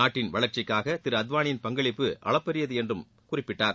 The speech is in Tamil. நாட்டின் வளர்ச்சிக்காக திரு அத்வானியின் பங்களிப்பு அளப்பரியது என்றும் குறிப்பிட்டார்